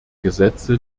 gesetze